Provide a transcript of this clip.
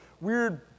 weird